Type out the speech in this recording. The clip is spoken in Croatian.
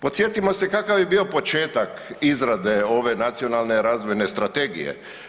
Podsjetimo se kakav je bio početak izrade ove Nacionalne razvojne strategije.